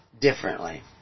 differently